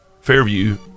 Fairview